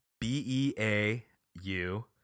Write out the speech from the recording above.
b-e-a-u